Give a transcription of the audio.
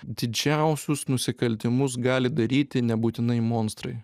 didžiausius nusikaltimus gali daryti nebūtinai monstrai